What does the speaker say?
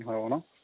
নহ'ব ন